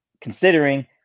considering